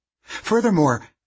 Furthermore